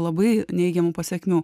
labai neigiamų pasekmių